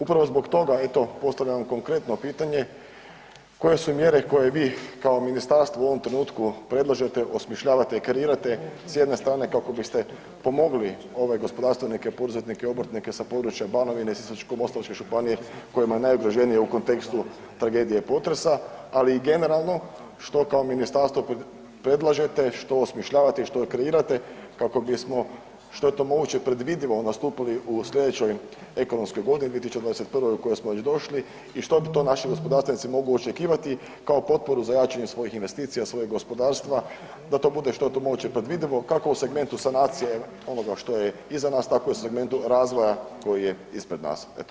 Upravo zbog toga eto postavljam konkretno pitanje koje su mjere koje vi kao ministarstvo u ovom trenutku predlažete, osmišljavate, kreirate s jedne strane kako biste pomogli ove gospodarstvenike, poduzetnike i obrtnike sa područja Banovine i Sisačko-moslavačke županije kojima je najugroženije u kontekstu tragedije potresa, ali i generalno što kao ministarstvo predlažete, što osmišljavate i što kreirate kako bismo što je to moguće predvidivo nastupili u slijedećoj ekonomskoj godini 2021. u kojoj smo već došli i što bi to naši gospodarstvenici mogu očekivati kao potporu za jačanje svojih investicija, svojeg gospodarstva da to bude što je to moguće predvidivo kako u segmentu sanacije onoga što je iza nas, tako i u segmentu razvoja koji je ispred nas.